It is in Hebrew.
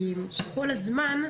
כי כל הזמן,